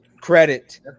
Credit